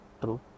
True